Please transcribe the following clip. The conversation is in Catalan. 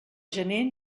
gener